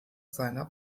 seiner